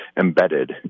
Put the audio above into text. embedded